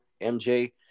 MJ